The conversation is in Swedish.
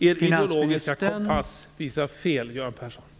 Er ideologiska kompass visar fel, Göran Persson!